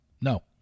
No